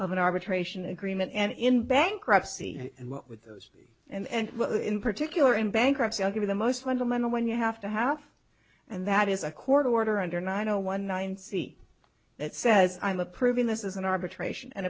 of an arbitration agreement and in bankruptcy and what with those and in particular in bankruptcy i'll give you the most fundamental when you have to half and that is a court order under nine zero one nine c that says i'm approving this is an arbitration and